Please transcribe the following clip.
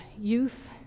youth